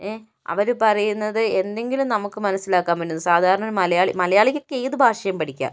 A അവര് പറയുന്നത് എന്തെങ്കിലും നമുക്ക് മനസിലാക്കാൻ പറ്റുന്നുണ്ടോ സാധാരണ മലയാളി മലയാളികൾക്ക് ഏത് ഭാഷയും പഠിക്കാം